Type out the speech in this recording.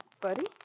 Buddy